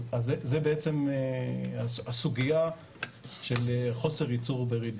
זה בעצם הסוגיה של חוסר ייצור ברידינג.